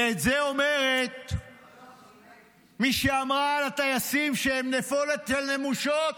ואת זה אומרת מי שאמרה על הטייסים: הם נפולת של נמושות,